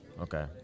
Okay